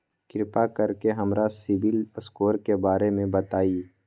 कृपा कर के हमरा सिबिल स्कोर के बारे में बताई?